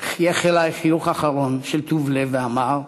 חייך אלי חיוך אחרון של טוב לב ואמר: